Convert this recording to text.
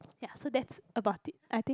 ya that's about it I think